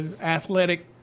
athletic